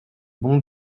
bon